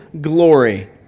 glory